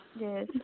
yes